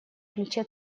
плече